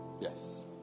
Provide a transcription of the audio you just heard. Yes